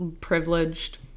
privileged